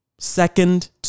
Second